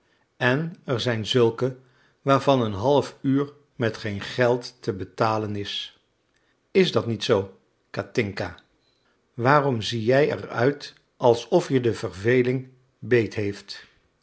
en er zijn zulke waarvan een half uur met geen geld te betalen is is dat niet zoo kathinka waarom zie jij er uit alsof je de verveling beet heeft